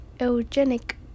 eugenic